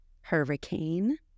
Hurricane